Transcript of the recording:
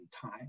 time